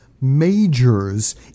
majors